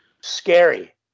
Scary